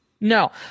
No